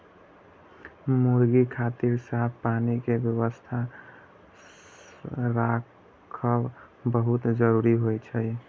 मुर्गी खातिर साफ पानी के व्यवस्था राखब बहुत जरूरी होइ छै